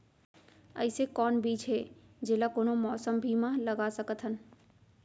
अइसे कौन बीज हे, जेला कोनो मौसम भी मा लगा सकत हन?